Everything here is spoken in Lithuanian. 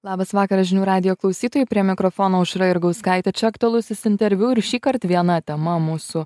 labas vakaras žinių radijo klausytojai prie mikrofono aušra jurgauskaitė čia aktualusis interviu ir šįkart viena tema mūsų